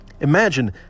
Imagine